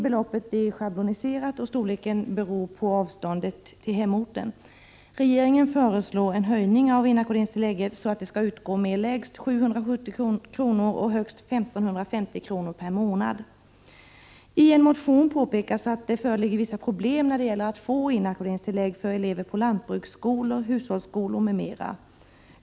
Beloppet är schabloniserat och storleken beroende på avståndet till hemorten. I en motion påpekas att det föreligger vissa problem när det gäller att få inackorderingstillägg för elever på lantbruksskolor, hushållsskolor m.m.